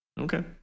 Okay